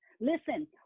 Listen